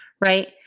right